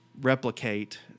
replicate